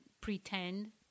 pretend